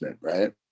right